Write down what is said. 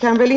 kammaren började.